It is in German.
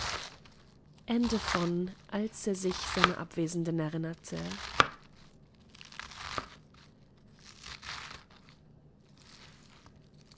als er sich seiner abwesenden erinnerte